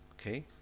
Okay